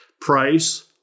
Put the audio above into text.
price